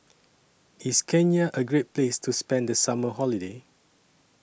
IS Kenya A Great Place to spend The Summer Holiday